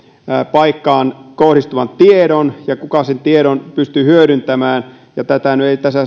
paikkaan kohdistuvan tiedon ja kuka sen tiedon pystyy hyödyntämään tätä ei tässä